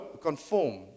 conform